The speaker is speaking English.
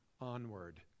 onward